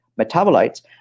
metabolites